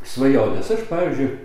svajonės aš pavyzdžiui